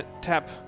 Tap